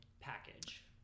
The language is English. package